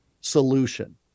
solution